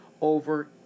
over